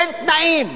אין תנאים,